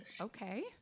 Okay